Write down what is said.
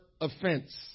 offense